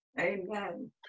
Amen